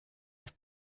have